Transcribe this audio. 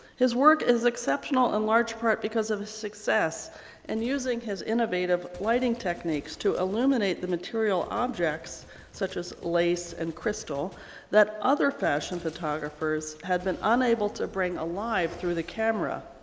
his work is exceptional in large part because of his success and using his innovative lighting techniques to illuminate the material objects such as lace and crystal that other fashion photographers had been unable to bring alive through the camera.